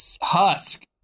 Husk